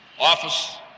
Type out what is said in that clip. Office